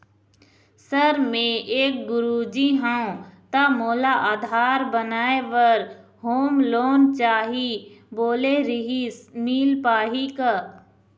Sir मे एक गुरुजी हंव ता मोला आधार बनाए बर होम लोन चाही बोले रीहिस मील पाही का?